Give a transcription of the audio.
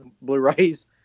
Blu-rays